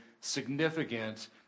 significant